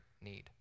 need